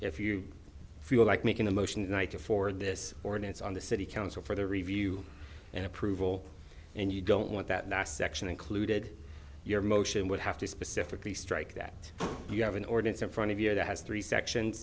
if you feel like making a motion to night or for this ordinance on the city council for the review and approval and you don't want that last section included your motion would have to specifically strike that you have an ordinance in front of you that has three section